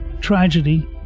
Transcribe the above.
Tragedy